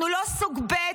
אנחנו לא סוג ב'